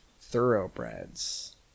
Thoroughbreds